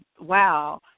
wow